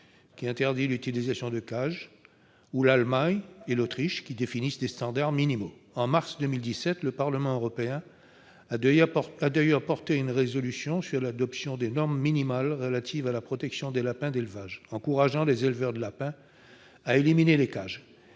qui interdit l'utilisation de cages, ou l'Allemagne et l'Autriche, qui définissent des standards minimaux. En mars 2017, le Parlement européen a d'ailleurs adopté une résolution sur l'adoption de normes minimales relatives à la protection des lapins d'élevage, encourageant les éleveurs de lapins à éliminer les cages.